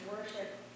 worship